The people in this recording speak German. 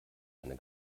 eine